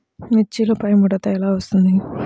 మిర్చిలో పైముడత ఎలా వస్తుంది?